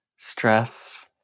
Stress